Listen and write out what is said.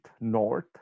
north